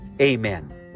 Amen